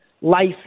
life